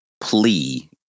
plea